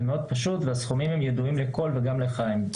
זה מאוד פשוט, והסכומים ידועים לכולם, גם לחיים.